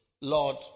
Lord